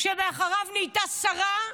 שלאחריו נהייתה שרה.